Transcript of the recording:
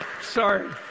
sorry